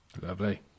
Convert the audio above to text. Lovely